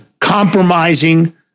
compromising